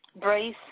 brace